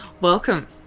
Welcome